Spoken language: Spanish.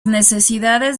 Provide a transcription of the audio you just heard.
necesidades